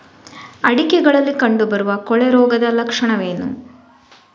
ಅಡಿಕೆಗಳಲ್ಲಿ ಕಂಡುಬರುವ ಕೊಳೆ ರೋಗದ ಲಕ್ಷಣವೇನು?